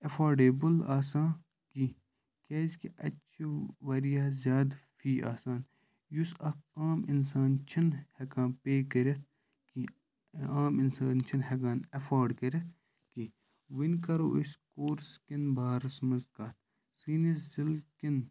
affordable آسان کِینٛہہ کِیٛازِ کہِ اَتہِ چھُ واریاہ زِیادٕ فِی آسان یُس اَکھ عام اِنسان چھِنہٕ ہیٚکان پے کٔرِتھ کیٚنٛہہ عام اِنسان چھِنہٕ ہیٚکان ایٚفٲڈ کٔرِتھ کیٚنٛہہ وۄنۍ کَرُو أسۍ کورس کِس بارَس منٛز کَتھ سٲنِس ضلعہٕ کؠن